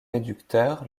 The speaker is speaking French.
réducteur